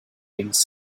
rings